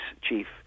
chief